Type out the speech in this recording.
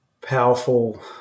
powerful